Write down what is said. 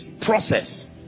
Process